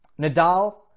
Nadal